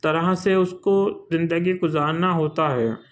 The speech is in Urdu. طرح سے اُس کو زندگی گُزارنا ہوتا ہے